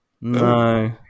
No